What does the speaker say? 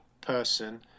person